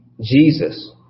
Jesus